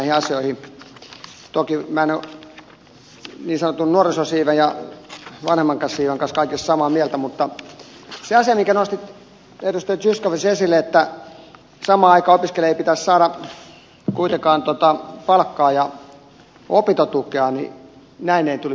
toki minä en ole niin sanottu nuorisosiiven ja vanhemmankaan siiven kanssa kaikessa samaa mieltä mutta se asia minkä edustaja zyskowicz nosti esille että samaan aikaan opiskelijan ei pitäisi saada kuitenkaan palkkaa ja opintotukea niin näin ei tulisi olla